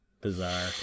bizarre